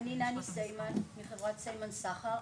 אני נני סימון מחברת סימון סחר,